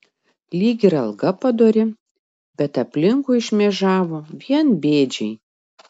lyg ir alga padori bet aplinkui šmėžavo vien bėdžiai